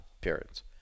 parents